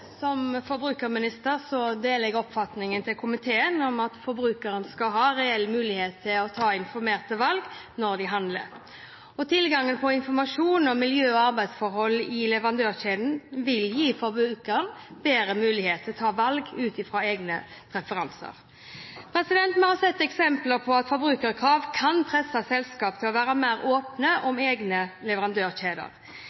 Som forbrukerminister deler jeg oppfatningen til komiteen om at forbrukerne skal ha en reell mulighet til å ta informerte valg når de handler. Tilgang på informasjon om miljø- og arbeidsforhold i leverandørkjedene vil gi forbrukerne bedre mulighet til å ta valg ut fra egne preferanser. Vi har sett eksempler på at forbrukerkrav kan presse selskaper til å være mer åpne